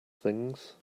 things